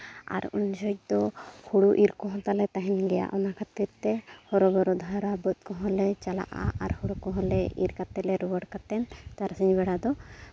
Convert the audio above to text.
ᱟᱨ ᱩᱱ ᱡᱚᱦᱚᱜ ᱫᱚ ᱦᱳᱲᱳ ᱤᱨᱻ ᱠᱚ ᱛᱟᱞᱮ ᱛᱟᱦᱮᱱ ᱜᱮᱭᱟ ᱚᱱᱟ ᱠᱷᱟᱹᱛᱤᱨ ᱛᱮ ᱦᱚᱨᱚᱼᱵᱚᱨᱚ ᱫᱚ ᱵᱟᱹᱫᱽ ᱠᱚᱦᱚᱸᱞᱮ ᱪᱟᱞᱟᱜᱼᱟ ᱟᱨ ᱦᱳᱲᱳ ᱠᱚᱦᱚᱸ ᱞᱮ ᱤᱨᱻ ᱠᱟᱛᱮ ᱞᱮ ᱨᱚᱦᱚᱲ ᱠᱟᱛᱮ ᱛᱟᱨᱟᱥᱤᱧ ᱵᱮᱲᱟ ᱫᱚ